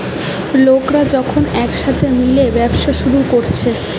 লোকরা যখন একসাথে মিলে ব্যবসা শুরু কোরছে